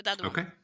Okay